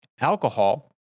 alcohol